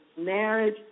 Marriage